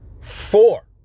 Four